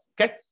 Okay